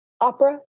opera